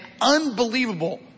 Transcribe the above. unbelievable